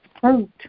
fruit